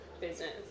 business